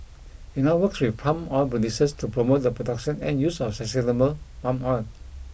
it now works with palm oil producers to promote the production and use of sustainable palm oil